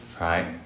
right